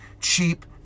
cheap